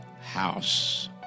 house